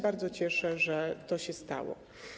Bardzo się cieszę, że to się stało.